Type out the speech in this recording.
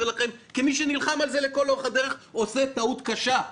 לכם כמי שנלחם על זה לכל אורך הדרך עושה טעות קשה.